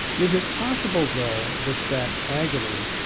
is it possible, though, that that agony